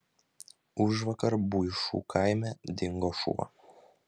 užvakar buišų kaime dingo šuo